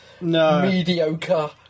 mediocre